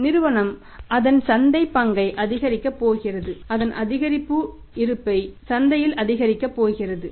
நிறுவனம் அதன் சந்தை பங்கை அதிகரிக்கப் போகிறது அதன் அதிகரிப்பு இருப்பை சந்தையில் அதிகரிக்கப் போகிறது